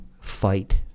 fight